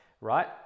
right